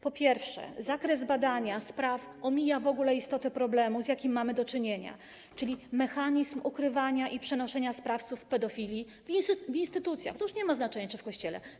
Po pierwsze, zakres badania spraw omija w ogóle istotę problemu, z jakim mamy do czynienia, czyli mechanizm ukrywania i przenoszenia sprawców pedofilii w instytucjach - tu już nie ma znaczenia, czy w Kościele.